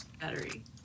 battery